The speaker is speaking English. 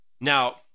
Now